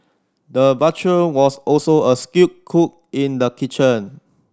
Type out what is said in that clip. the butcher was also a skilled cook in the kitchen